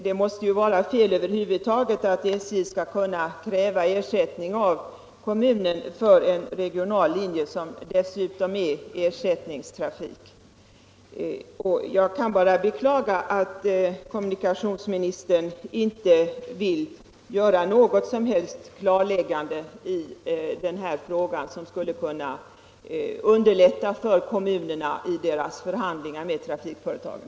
Det måste vara fel att SJ skall kunna kräva ersättning av kommunen för en regional linje som dessutom är ersättningstrafik. Jag kan bara beklaga att kommunikationsministern inte vill göra något som helst klarläggande i den här frågan som skulle kunna underlätta för kommunerna i deras förhandlingar med trafikföretagen.